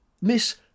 Miss